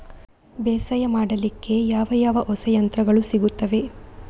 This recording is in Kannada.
ಬೇಸಾಯ ಮಾಡಲಿಕ್ಕೆ ಯಾವ ಯಾವ ಹೊಸ ಯಂತ್ರಗಳು ಸಿಗುತ್ತವೆ?